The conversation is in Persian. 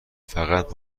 فقط